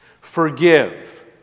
Forgive